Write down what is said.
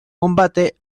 combate